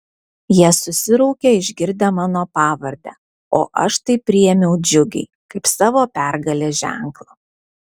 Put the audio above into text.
jie susiraukė išgirdę mano pavardę o aš tai priėmiau džiugiai kaip savo pergalės ženklą